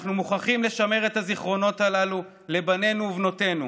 אנחנו מוכרחים לשמר את הזיכרונות הללו לבנינו ובנותינו,